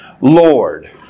Lord